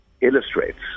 illustrates